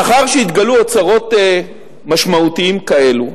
מאחר שהתגלו אוצרות משמעותיים כאלו,